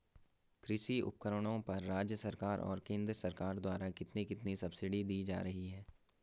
कृषि उपकरणों पर राज्य सरकार और केंद्र सरकार द्वारा कितनी कितनी सब्सिडी दी जा रही है?